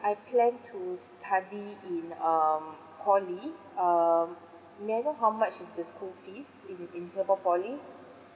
I plan to study in um poly um may I know how much is the school fees in in singapore poly